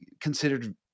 considered